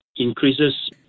increases